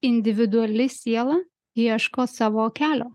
individuali siela ieško savo kelio